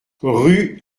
rue